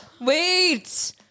Wait